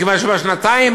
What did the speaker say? מכיוון שבשנתיים